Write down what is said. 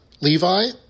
Levi